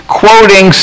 quoting